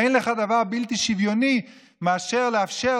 אין לך דבר בלתי שוויוני יותר מאשר לאפשר